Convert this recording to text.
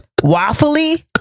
waffly